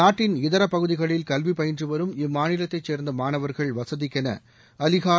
நாட்டின் இதர பகுதிகளில் கல்வி பயின்று வரும் இம்மாநிலத்தை சேர்ந்த மாணவர்கள் வசதிக்கென அலிகார்